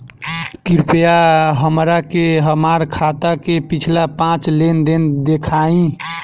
कृपया हमरा के हमार खाता के पिछला पांच लेनदेन देखाईं